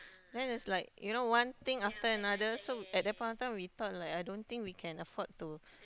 then it's like you know one thing after another so at that point of time we thought like I don't think we can afford to